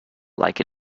like